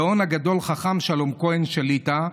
הגאון הגדול חכם שלום כהן שליט"א,